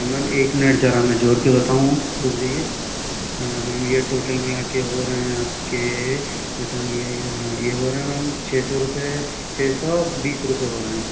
ma'am एक minute ज़रा मैं जोड़ के बताऊँ रुक जाइए मैम यह टोटल मिलाकर हो रहे हैं आपके मटन यह यह हाँ यह हो रहे हैं मैम छः सौ रुपये छ सौ बीस रुपये हो रहे हैं